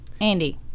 Andy